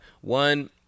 one